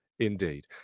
Indeed